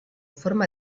forma